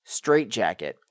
Straightjacket